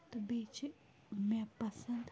تہٕ بیٚیہِ چھِ مےٚ پَسَنٛد